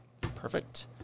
Perfect